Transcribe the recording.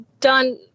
done